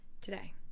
today